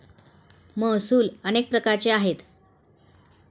महसूल अनेक प्रकारचे आहेत